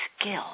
skill